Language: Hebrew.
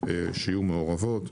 שיהיו מעורבות.